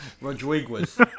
Rodriguez